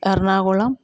Ernakulam